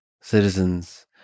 citizens